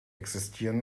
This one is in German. existieren